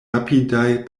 rapidaj